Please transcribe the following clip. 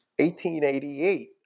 1888